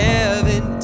heaven